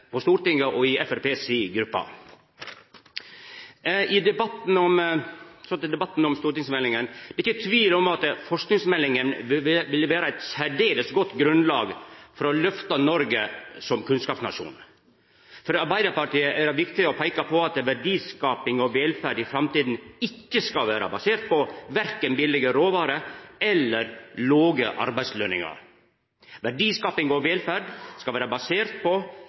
på Stortinget og i Framstegspartiet si gruppe. Så til debatten om stortingsmeldinga: Det er ikkje tvil om at forskingsmeldinga vil vera eit særdeles godt grunnlag for å løfta Noreg som kunnskapsnasjon. For Arbeiderpartiet er det viktig å peika på at verdiskaping og velferd i framtida ikkje skal vera basert på verken billege råvarer eller låge arbeidslønningar. Verdiskaping og velferd skal vera basert på